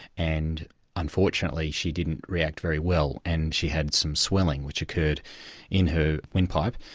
and unfortunately she didn't react very well, and she had some swelling, which occurred in her windpipe,